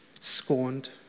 scorned